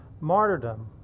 martyrdom